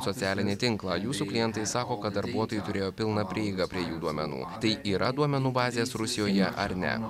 socialinį tinklą jūsų klientai sako kad darbuotojai turėjo pilną prieigą prie jų duomenų tai yra duomenų bazės rusijoje ar ne